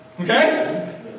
Okay